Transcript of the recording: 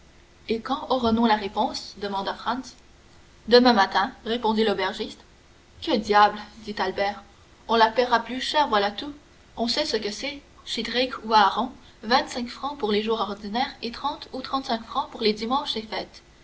et quand aurons-nous la réponse demanda franz demain matin répondit l'aubergiste que diable dit albert on la paiera plus cher voilà tout on sait ce que c'est chez drake ou aaron vingt-cinq francs pour les jours ordinaires et trente ou trente-cinq francs pour les dimanches et fêtes